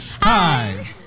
Hi